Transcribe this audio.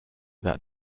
that